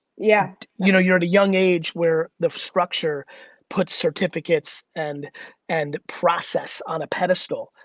yeah. you know, you're at a young age where the structure puts certificates and and process on a pedestal,